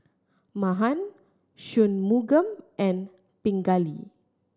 Mahan Shunmugam and Pingali